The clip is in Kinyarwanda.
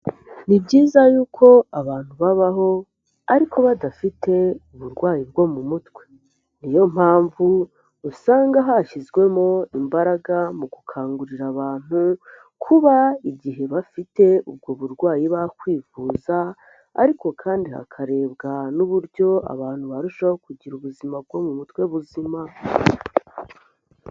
Ni byiza yuko abantu babaho ariko badafite uburwayi bwo mu mutwe. Ni yo mpamvu usanga hashyizwemo imbaraga mu gukangurira abantu kuba igihe bafite ubwo burwayi bakwivuza, ariko kandi hakarebwa n'uburyo abantu barushaho kugira ubuzima bwo mu mutwe buzima.